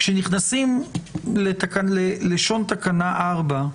כשנכנסים ללשון תקנה 4,